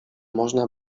można